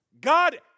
God